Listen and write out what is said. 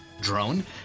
drone